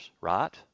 right